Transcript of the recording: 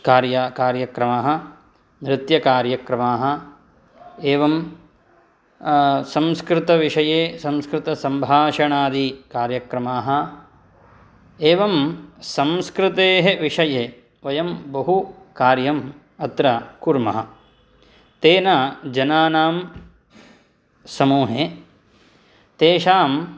कार्यक्रमः नृत्यकार्यक्रमाः एवं संस्कृतविषये संस्कृतसम्भाषणादि कार्यक्रमाः एवं संस्कृतेः विषये वयं बहुकार्यम् अत्र कुर्मः तेन जनानां समूहे तेषां